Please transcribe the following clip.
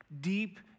deep